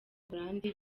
buholandi